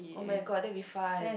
oh-my-god that'll be fun